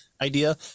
idea